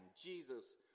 Jesus